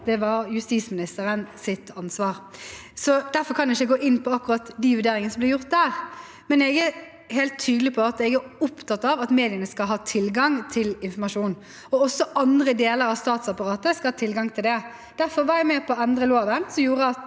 Det var justisministerens ansvar. Derfor kan jeg ikke gå inn på akkurat de vurderingene som ble gjort der. Men jeg er helt tydelig på at jeg er opptatt av at mediene skal ha tilgang til informasjon, og også andre deler av statsapparatet skal ha tilgang til det. Derfor var jeg med på å endre loven, som gjorde at